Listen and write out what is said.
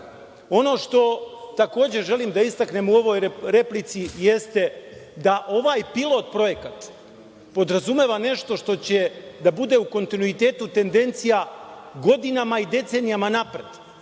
što takođe želim da istaknem u ovoj replici jeste da ovaj pilot projekat podrazumeva nešto što će da bude u kontinuitetu tendencija godinama i decenijama napred